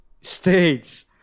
states